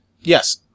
Yes